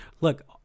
look